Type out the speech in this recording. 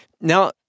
Now